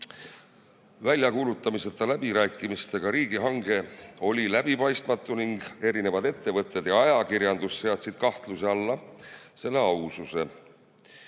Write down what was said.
Väljakuulutamata läbirääkimistega riigihange oli läbipaistmatu ning erinevad ettevõtted ja ajakirjandus seadsid kahtluse alla selle aususe.